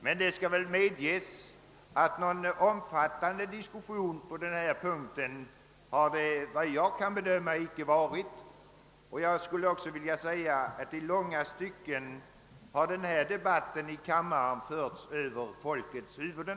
Men det skall medges att någon omfattande diskussion på denna punkt har det icke varit, såvitt jag kan bedöma, och jag skulle också vilja säga att i långa stycken har debatten i kammaren förts över folkets huvuden.